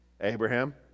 Abraham